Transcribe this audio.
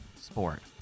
sport